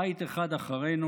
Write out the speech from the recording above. בית אחד אחרינו